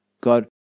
God